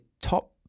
top